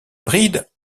bride